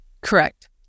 Correct